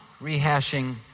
rehashing